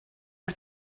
per